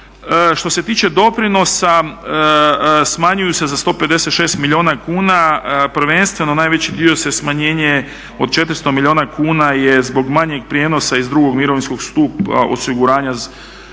Što se tiče doprinosa smanjuju se za 156 milijuna kuna, prvenstveno najveći dio se, smanjenje od 400 milijuna kuna je zbog manjeg prijenosa iz drugog mirovinskog stupa osiguranja gdje smo